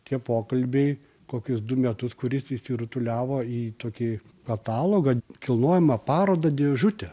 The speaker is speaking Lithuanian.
tie pokalbiai kokius du metus kuris įsirutuliavo į tokį katalogą kilnojamą parodą dėžutę